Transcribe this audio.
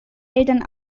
eltern